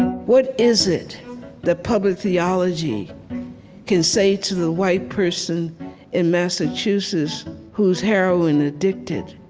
what is it that public theology can say to the white person in massachusetts who's heroin-addicted?